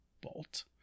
bolt